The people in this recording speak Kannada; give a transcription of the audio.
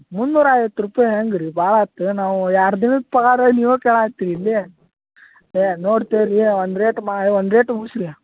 ಮುನ್ನೂರು ಐವತ್ತು ರೂಪಾಯಿ ಹೆಂಗ್ ರೀ ಭಾಳ ಆತು ನಾವು ಯಾರ್ದು ಏನು ಪಗಾರ್ ನೀವು ಕೇಳಾತೀರ ಇಲ್ಯಾ ಏ ನೋಡಿ ತೇರಿ ಒಂದು ರೇಟ್ ಮಾಡಿ ಒಂದು ರೇಟ್ ಉಳ್ಸಿ ರೀ